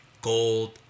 gold